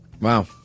Wow